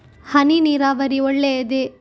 ಹನಿ ನೀರಾವರಿ ಒಳ್ಳೆಯದೇ?